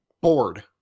bored